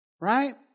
right